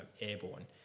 airborne